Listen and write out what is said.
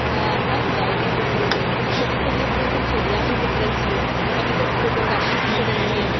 हम जाइ रहिए जङ्गलमे कभी कभी हम कोइ कोइ चिड़ियाँ भी पकड़ने छियै कभी कभी फोटोग्राफी भी कयने छियै